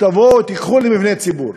תבואו ותיקחו למבני ציבור.